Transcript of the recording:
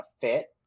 fit